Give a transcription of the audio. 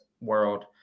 world